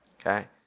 Okay